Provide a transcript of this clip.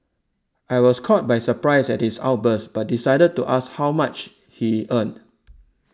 I was caught by surprise at his outburst but decided to ask just how much he earned